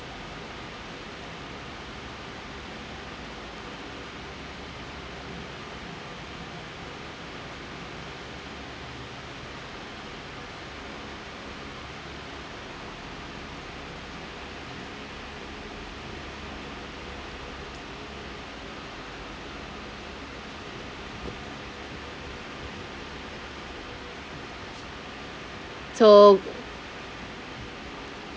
so